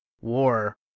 war